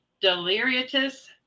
delirious